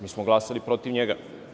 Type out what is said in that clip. Mi smo glasali protiv njega.